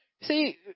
See